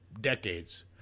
decades